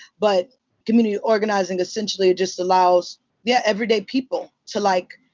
but community organizing, essentially, just allows yeah. everyday people to, like,